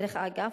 דרך אגב,